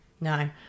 No